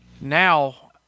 Now